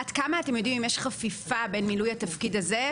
עד כמה אם יודעים אם יש חפיפה בין מילוי התפקיד הזה,